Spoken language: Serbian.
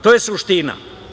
To je suština.